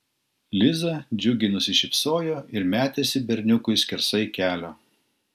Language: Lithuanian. liza džiugiai nusišypsojo ir metėsi berniukui skersai kelio